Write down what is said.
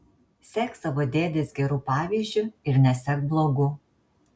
sek savo dėdės geru pavyzdžiu ir nesek blogu